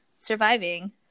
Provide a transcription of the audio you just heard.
Surviving